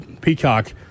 Peacock